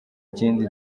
kindi